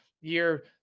year